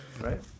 right